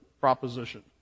proposition